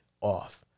off